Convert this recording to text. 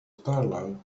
starlight